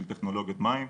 של טכנולוגיות מים,